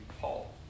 Paul